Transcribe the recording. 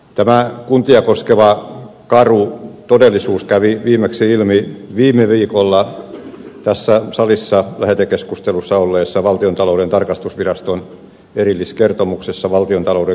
tämä kuntia koskeva karu todellisuus kävi viimeksi ilmi viime viikolla tässä salissa lähetekeskustelussa olleessa valtiontalouden tarkastusviraston erilliskertomuksessa valtiontalouden kehysmenettelystä